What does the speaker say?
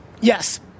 Yes